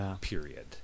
period